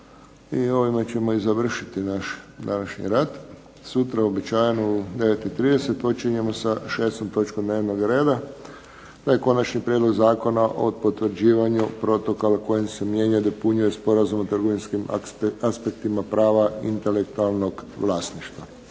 ovime ćemo završiti naš današnji rad. Sutra uobičajeno u 9,30 počinjemo sa 6. točkom dnevnog reda. To je Konačni prijedlog Zakona o potvrđivanju protokola kojim se mijenja i dopunjuje Sporazum o trgovinskim aspektima prava intelektualnog vlasništva.